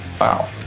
Wow